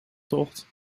tocht